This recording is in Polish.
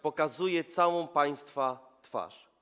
Pokazuje całą państwa twarz.